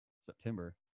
September